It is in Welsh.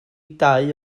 dau